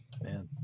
Man